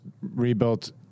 rebuilt